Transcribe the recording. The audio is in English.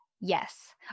yes